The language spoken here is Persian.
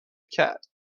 کرد